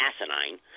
asinine